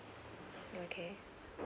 okay